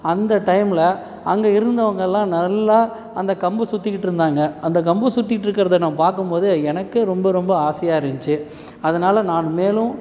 அந்த டைமில் அங்கே இருந்தவங்கள்லாம் நல்லா அந்த கம்பு சுற்றிக்கிட்ருந்தாங்க அந்த கம்பு சுற்றிட்ருக்குறத நான் பார்க்கம்போது எனக்கே ரொம்ப ரொம்ப ஆசையாக இருந்துச்சு அதனால் நான் மேலும்